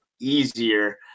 easier